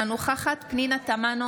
אינה נוכחת פנינה תמנו,